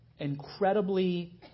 incredibly